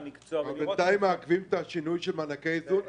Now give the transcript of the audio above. בינתיים מעכבים את השינוי של מענקי האיזון.